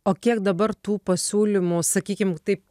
o kiek dabar tų pasiūlymų sakykim taip